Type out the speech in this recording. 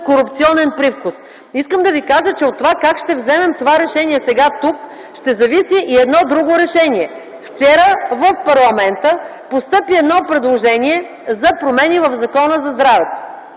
корупционен привкус. Искам да ви кажа, че от това как ще вземем това решение сега тук ще зависи едно друго решение. Вчера в парламента постъпи едно предложение за промени в Закона за здравето.